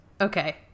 okay